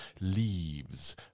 leaves